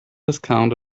discount